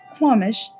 Quamish